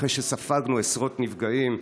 אחרי שספגנו עשרות נפגעים,